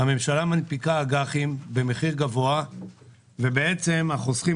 הממשלה מנפיקה אג"חים במחיר גבוה ובעצם החוסכים